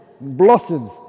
blossoms